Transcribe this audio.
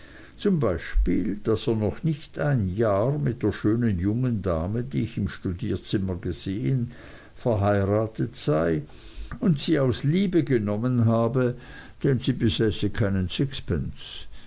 zum beispiel daß er noch nicht ein jahr mit der schönen jungen dame die ich im studierzimmer gesehen verheiratet sei und sie aus liebe genommen habe denn sie besäße keinen sixpence